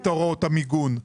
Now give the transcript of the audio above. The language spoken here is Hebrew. את הוראות המיגון.